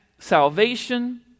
salvation